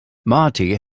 marty